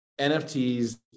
NFTs